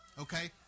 Okay